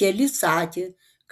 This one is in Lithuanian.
keli sakė